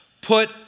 put